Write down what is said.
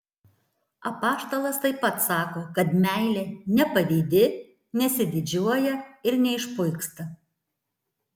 apaštalas taip pat sako kad meilė nepavydi nesididžiuoja ir neišpuiksta